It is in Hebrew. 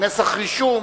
נסח רישום,